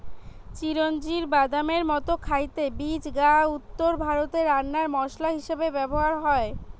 চিরোঞ্জির বাদামের মতো খাইতে বীজ গা উত্তরভারতে রান্নার মসলা হিসাবে ব্যভার হয়